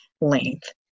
length